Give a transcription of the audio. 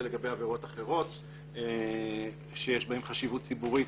לגבי עבירות אחרות שיש בהן חשיבות ציבורית,